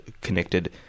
connected